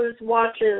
watches